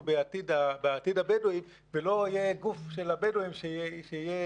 בעתיד הבדואים ולא יהיה גוף של הבדואים שיהיה